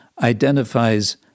identifies